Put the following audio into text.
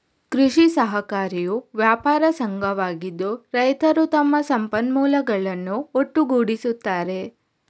ಕೃಷಿ ಸಹಕಾರಿಯು ವ್ಯಾಪಾರ ಸಂಘವಾಗಿದ್ದು, ರೈತರು ತಮ್ಮ ಸಂಪನ್ಮೂಲಗಳನ್ನು ಒಟ್ಟುಗೂಡಿಸುತ್ತಾರೆ